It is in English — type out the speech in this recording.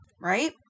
right